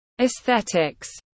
aesthetics